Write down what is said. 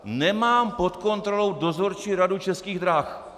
Nemám pod kontrolou Dozorčí radu Českých drah.